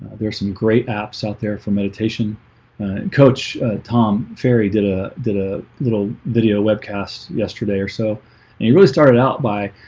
there are some great apps out there for meditation and coach tom ferry did a did a little video webcast yesterday or so and you really started out by